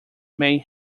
may